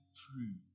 true